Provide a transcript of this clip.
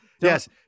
Yes